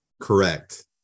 Correct